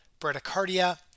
bradycardia